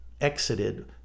exited